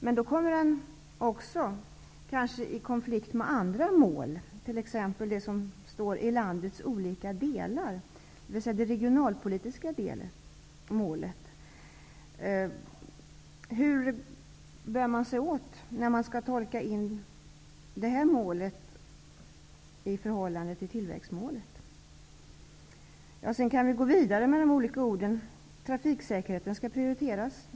Men då kommer den kanske också i konflikt med andra mål, t.ex. regionalpolitiska mål. Hur skall man bära sig åt för att tolka detta mål i förhållande till tillväxtmålet? Vi kan gå vidare i tolkningen av de olika orden. Trafiksäkerheten skall prioriteras.